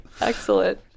excellent